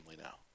now